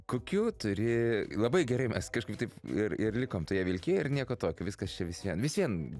kokių turi labai gerai mes kažkaip taip ir ir likom toje vilkijoj ir nieko tokio viskas čia vis vien vis vien